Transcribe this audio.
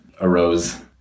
arose